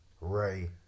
Ray